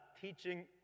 teaching